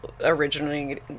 originally